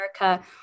America